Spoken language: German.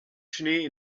schnee